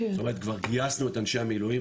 זאת אומרת כבר גייסנו את אנשי המילואים,